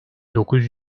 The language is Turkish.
dokuz